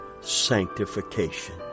sanctification